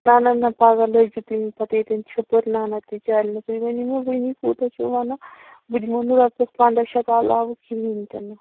نہ نہ نہ پگاہ لٲگزِ نہٕ تُہۍ مےٚ پتہِ یتٮ۪ن چھِپٕر نہ نہ تہِ چلنہٕ تُہۍ ؤنِو مےٚ وُنی کوٗتاہ چھِو ونان بہٕ دِمہو نہٕ رۄپیس پنداہ شیٚتھ علاوٕ کِہیٖنۍ تہٕ نہٕ